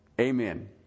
amen